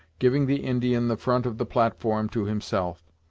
giving the indian the front of the platform to himself.